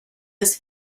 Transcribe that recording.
his